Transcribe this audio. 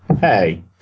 Hey